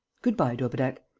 good-bye, daubrecq.